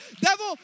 Devil